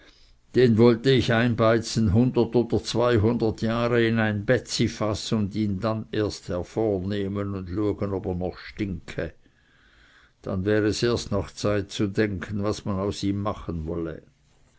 den wollte ich einbeizen hundert oder zweihundert jahre in ein bätzifaß und ihn dann erst hervornehmen und luegen ob er noch stinke dann wär es erst noch zeit zu denken was man aus ihm machen wolle